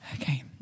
Okay